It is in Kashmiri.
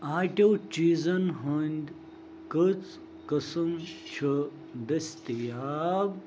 آٹیٛو چیٖزَن ہنٛدۍ کٔژ قٕسم چھِ دستیاب